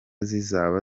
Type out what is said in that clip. zizaba